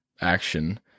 action